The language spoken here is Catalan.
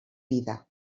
vida